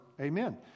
Amen